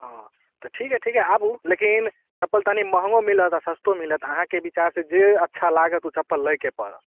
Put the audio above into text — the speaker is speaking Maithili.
हँ तऽ ठीक हए ठीक हए आबु लेकिन चप्पल तनी महङ्गो मिलत आ सस्तो मिलत आहाँकेँ बिचार से जे अच्छा लागत ओ चप्पल लैके पड़त